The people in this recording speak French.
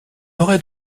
aurait